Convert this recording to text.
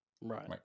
Right